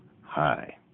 Hi